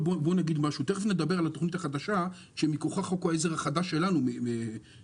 תיכף נדבר על התוכנית החדשה שמכוחה חוק העזר החדש שלנו מתקיים.